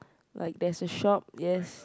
like there's a shop yes